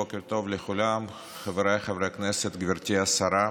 בוקר טוב לכולם, חבריי חברי הכנסת, גברתי השרה,